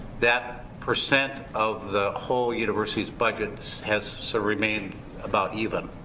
that percent of the whole university's budget has so remained about even.